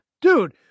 dude